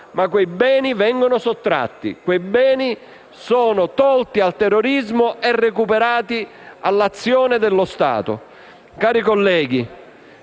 Quei beni vengono però sottratti; quei beni sono tolti al terrorismo e recuperati all'azione dello Stato. Cari colleghi,